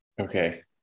Okay